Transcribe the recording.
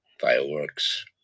fireworks